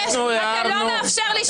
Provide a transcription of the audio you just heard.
אתה לא מאפשר לשאול כלום.